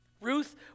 Ruth